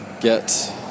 get